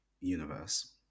universe